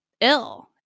ill